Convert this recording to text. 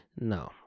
No